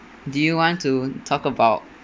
do you want to talk about